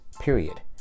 period